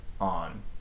on